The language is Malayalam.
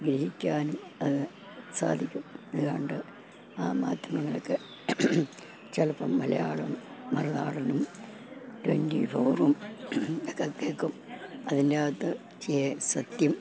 ഗ്രഹിക്കാനും അത് സാധിക്കും അല്ലാതെ ആ മാറ്റങ്ങളൊക്കെ ചിലപ്പോള് മലയാളം മറുനാടനും ട്വൻറി ഫോറും ഒക്കെ കേള്ക്കും അതിൻ്റെയകത്ത് സത്യം